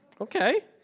okay